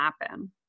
happen